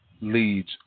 leads